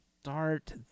start